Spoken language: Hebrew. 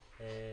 יעלה.